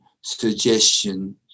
suggestion